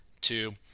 Two